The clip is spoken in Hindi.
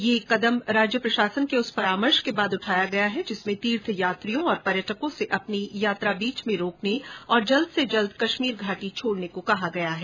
यह कदम राज्य प्रशासन के उस परामर्श के बाद उठाया गया है जिसमें तीर्थयात्रियों और पर्यटकों से अपनी यात्रा बीच में रोकने और जल्द से जल्द कश्मीर घाटी छोडने के लिए कहा गया है